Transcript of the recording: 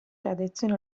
radiazioni